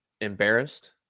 embarrassed